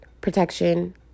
protection